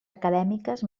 acadèmiques